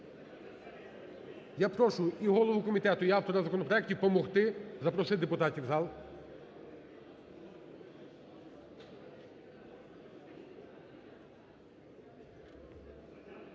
Я прошу і голову комітету і автора законопроектів помогти запросити депутатів в зал.